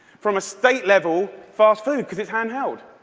from a state level, fast food, because it's handheld.